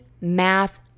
math